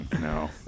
No